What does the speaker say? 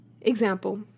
Example